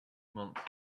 months